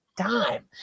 time